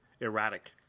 erratic